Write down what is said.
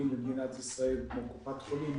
במדינת ישראל, כמו קופת חולים